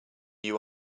you